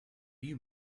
you